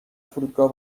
فرودگاه